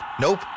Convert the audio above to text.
Nope